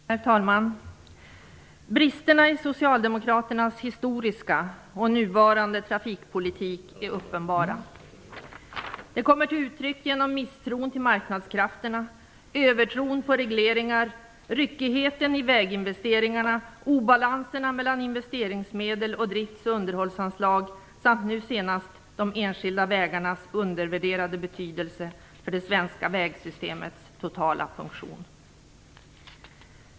Herr talman! Bristerna i socialdemokraternas historiska och nuvarande trafikpolitik är uppenbara. Det kommer till uttryck genom misstron till marknadskrafterna, övertron på regleringar, ryckigheten i väginvesteringarna, obalanserna mellan investeringsmedel och drifts och underhållsanslag samt nu senast de enskilda vägarnas undervärderade betydelse för det svenska vägsystemets totala funktion.